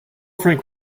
frank